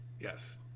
Yes